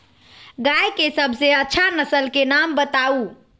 गाय के सबसे अच्छा नसल के नाम बताऊ?